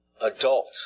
adult